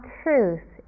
truth